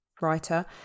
writer